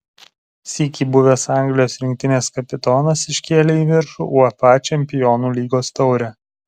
sykį buvęs anglijos rinktinės kapitonas iškėlė į viršų uefa čempionų lygos taurę